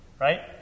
right